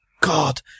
God